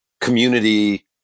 community